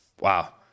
wow